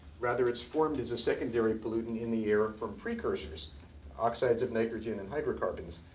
rather it's formed as a secondary pollutant in the air, and from precursors oxides of nitrogen and hydrocarbons.